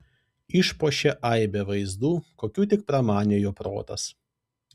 išpuošė aibe vaizdų kokių tik pramanė jo protas